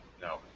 No